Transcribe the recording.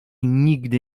nigdy